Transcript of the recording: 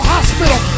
Hospital